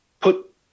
put